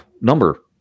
number